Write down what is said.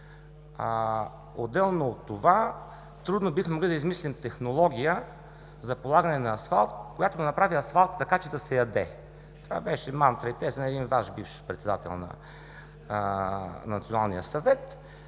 Отделно от това трудно бихме могли да измислим технология за полагане на асфалт, която да направи асфалта така, че да не се яде. Това беше мантра на Ваш бивш председател на Националния съвет.